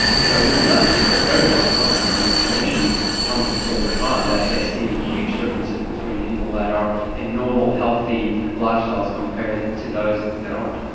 so we've known this for a very long time, and clinicians tell me this all the time, that they see huge differences between people that have and normal healthy lifestyles, compared to those that aren't.